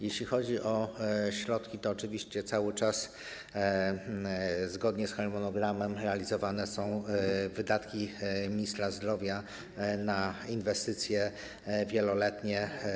Jeśli chodzi o środki, to oczywiście cały czas zgodnie z harmonogramem realizowane są wydatki ministra zdrowia na inwestycje wieloletnie.